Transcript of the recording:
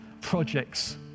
projects